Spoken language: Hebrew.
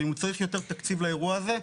ואם הוא צריך יותר תקציב לאירוע הזה,